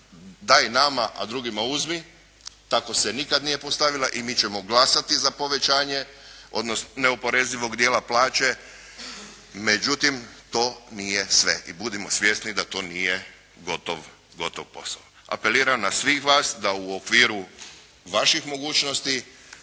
daj nama, a drugima uzmi, tako se nikad nije postavila i mi ćemo glasati za povećanje neoporezivog dijela plaće, međutim to nije sve i budimo svjesni da to nije gotov posao. Apeliram na svih vas da u okviru vaših mogućnosti